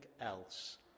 else